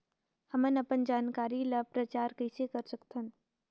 हमन अपन जानकारी ल प्रचार कइसे कर सकथन?